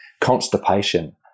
constipation